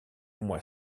moi